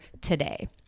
today